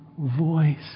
voice